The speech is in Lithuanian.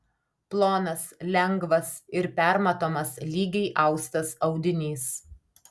plonas lengvas ir permatomas lygiai austas audinys